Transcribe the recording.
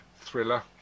thriller